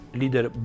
leader